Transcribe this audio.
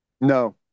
No